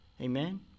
Amen